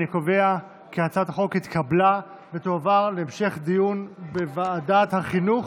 אני קובע כי הצעת החוק התקבלה ותועבר להמשך דיון בוועדת החינוך,